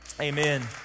Amen